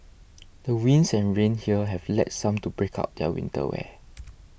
the winds and rain here have led some to break out their winter wear